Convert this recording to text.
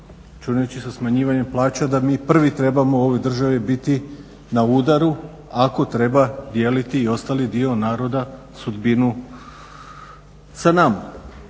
računajući sa smanjivanjem plaća da mi prvi trebamo u ovoj državi biti na udaru, ako treba dijeliti i ostali dio naroda sudbinu sa nama.